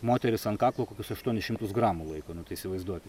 moteris ant kaklo kokius aštuonis šimtus gramų laiko nu tai įsivaizduokit